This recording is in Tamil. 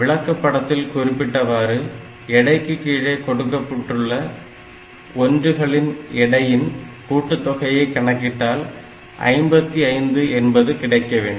விளக்கப்படத்தில் குறிப்பிட்டவாறு எடைக்கு கீழே கொடுக்கப்பட்டுள்ள 1 களின் எடையின் கூட்டுத்தொகையை கணக்கிட்டால் 55 என்பது கிடைக்க வேண்டும்